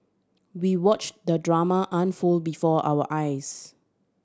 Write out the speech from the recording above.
we watched the drama unfold before our eyes